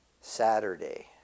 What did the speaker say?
Saturday